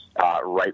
Right